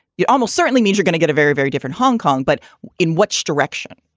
you almost certainly mean you're gonna get a very, very different hong kong, but in which direction?